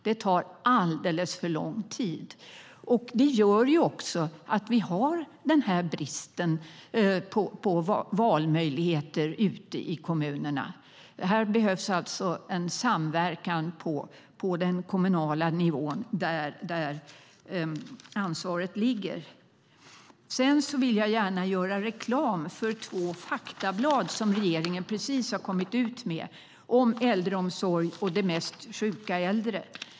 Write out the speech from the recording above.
Det tar alldeles för lång tid. Det innebär också att vi har brist på valmöjligheter ute i kommunerna. Här behövs alltså en samverkan på den kommunala nivån, där ansvaret ligger. Jag vill gärna göra reklam för två faktablad som regeringen precis har kommit ut med, om äldreomsorg och de mest sjuka äldre.